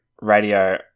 radio